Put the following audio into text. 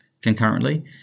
concurrently